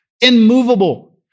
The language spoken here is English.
immovable